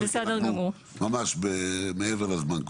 כי אנחנו ממש מעבר לזמן.